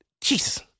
Jesus